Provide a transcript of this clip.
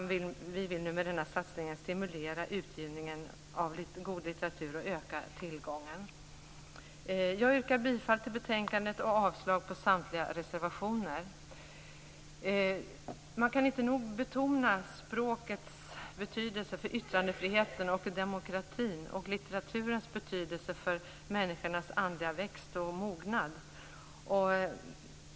Vi vill med denna satsning stimulera utgivningen av och öka tillgången på god litteratur. Jag yrkar bifall till hemställan i betänkandet och avslag på samtliga reservationer. Det går inte att nog betona språkets betydelse för yttrandefriheten och demokratin och litteraturens betydelse för människornas andliga mognad.